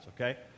okay